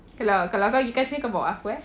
okay lah kalau kau pergi kashmir kau bawa aku eh